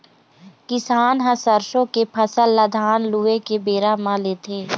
किसान ह सरसों के फसल ल धान लूए के बेरा म लेथे